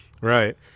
Right